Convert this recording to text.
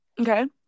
okay